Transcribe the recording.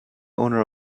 owner